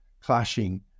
clashing